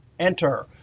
enter.